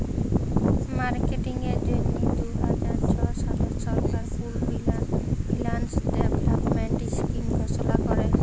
মার্কেটিংয়ের জ্যনহে দু হাজার ছ সালে সরকার পুল্ড ফিল্যাল্স ডেভেলপমেল্ট ইস্কিম ঘষলা ক্যরে